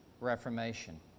Reformation